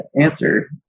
answer